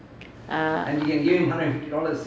err